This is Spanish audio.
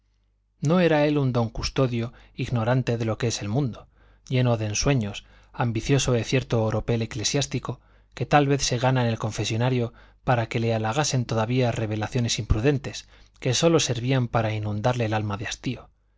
no era él un don custodio ignorante de lo que es el mundo lleno de ensueños ambicioso de cierto oropel eclesiástico que tal vez se gana en el confesonario para que le halagasen todavía revelaciones imprudentes que sólo servían para inundarle el alma de hastío